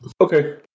Okay